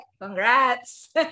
Congrats